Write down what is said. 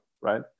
right